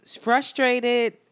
frustrated